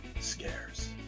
scares